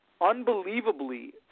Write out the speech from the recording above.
unbelievably